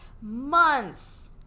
months